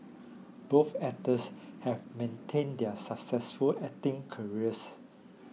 both actors have maintained their successful acting careers